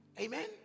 amen